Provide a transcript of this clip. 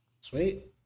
Sweet